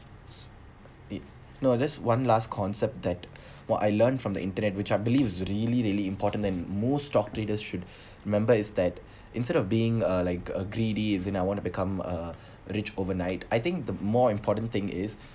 it no that's one last concept that what I learned from the internet which I believe is really really important than most stock traders should remember is that instead of being uh like uh greedy instead of I want to become uh rich overnight I think the more important thing is